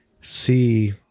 see